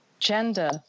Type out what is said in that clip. gender